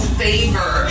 favor